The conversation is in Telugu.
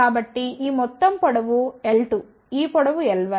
కాబట్టి ఈ మొత్తం పొడవు l2 ఈ పొడవు l1